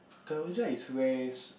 so which one is west